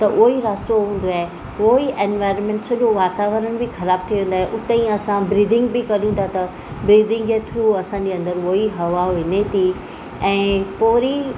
त उहो ई रास्तो हूंदो आहे उहो ई एनवायरमेंट सॼो वातावरण बि ख़राब थी वेंदो आहे उते ई असां ब्रीदिंग बि करूं था त ब्रीदिंग जे थ्रू असांजे अंदरु उहा ई हवा वञे थी ऐं पोइ वरी